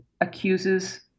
accuses